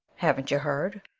haven't you heard?